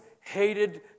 hated